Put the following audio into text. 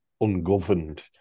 ungoverned